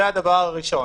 זה דבר ראשון.